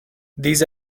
these